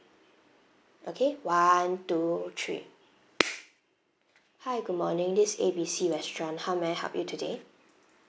okay one two three hi good morning this A B C restaurant how may I help you today